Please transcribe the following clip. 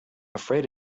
afraid